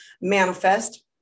manifest